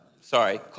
sorry